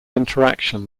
interaction